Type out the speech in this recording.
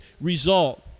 result